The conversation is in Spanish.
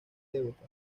devota